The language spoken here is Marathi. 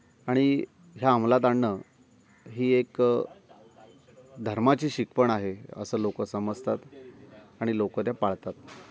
आणि ह्या अमलात आणणं ही एक धर्माची शिकवण आहे असं लोकं समजतात आणि लोकं त्या पाळतात